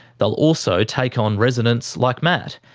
they'll also take on residents like matt,